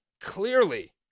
clearly